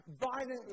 violently